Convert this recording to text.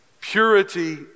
Purity